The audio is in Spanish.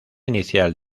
inicial